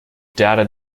data